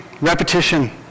Repetition